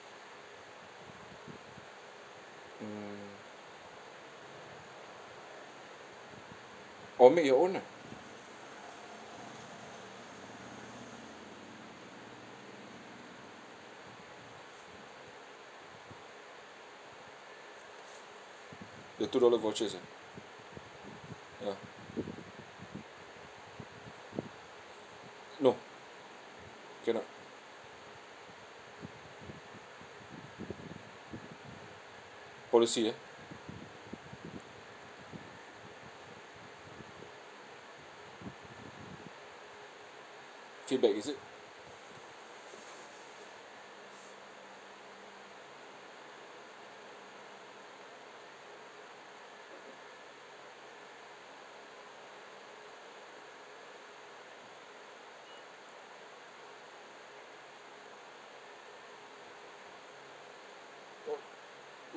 mm or make your own ah the two dollar vouchers ah ya no cannot policy eh feedback is it